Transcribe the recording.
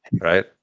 right